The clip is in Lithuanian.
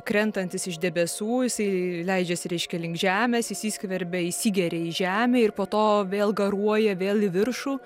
krentantis iš debesų jisai leidžiasi reiškia link žemės įsiskverbia įsigeria į žemę ir po to vėl garuoja vėl į viršų